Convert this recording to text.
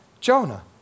Jonah